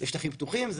יש שטחים פתוחים.